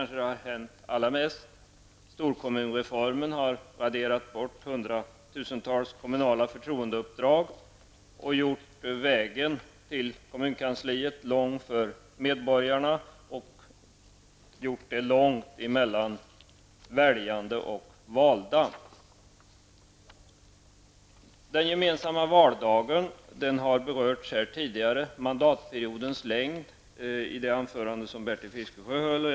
Storkommunreformen har raderat bort hundratusentals kommunala förtroendeuppdrag och gjort vägen till kommunkansliet lång för medborgarna samt ökat avståndet mellan väljarna och de valda. Den gemensamma valdagen har tidigare berörts här och likaså mandatperiodens längd i det anförande som Bertil Fiskesjö tidigare höll.